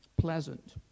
pleasant